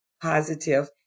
positive